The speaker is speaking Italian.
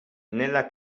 nella